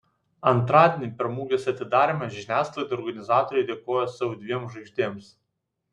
antradienį per mugės atidarymą žiniasklaidai organizatoriai dėkojo savo dviem žvaigždėms